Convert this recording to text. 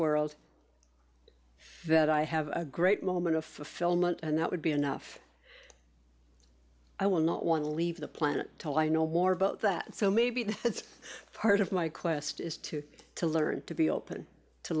world that i have a great moment of fulfillment and that would be enough i will not want to leave the planet till i know more about that so maybe that's part of my quest is to to learn to be open to